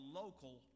local